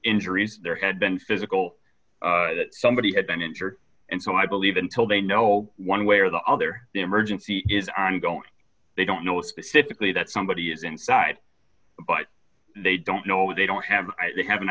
injuries there had been physical that somebody had been injured and so i believe until they know one way or the other the emergency is ongoing they don't know specifically that somebody is inside but they don't know they don't have they have